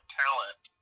talent